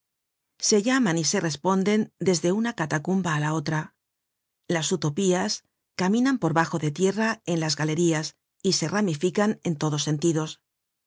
se llaman y se responden desde una catacumba á la otra las utopias caminan por bajo de tierra en las galerías y se ramifican en todos sentidos